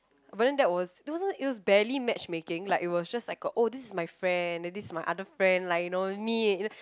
but then that was it wasn't it was barely matchmaking like it was just like a oh this is my friend then this is my other friend like you know meet